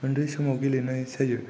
उन्दै समाव गेलेनाय जायो